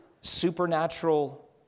supernatural